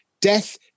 death